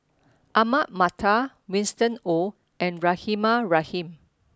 Ahmad Mattar Winston Oh and Rahimah Rahim